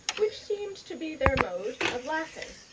which seemed to be their mode of laughing.